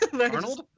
Arnold